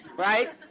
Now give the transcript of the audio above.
right?